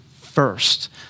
first